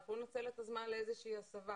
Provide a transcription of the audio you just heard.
יוכלו לנצל את הזמן לאיזושהי הסבה.